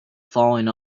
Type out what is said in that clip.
falling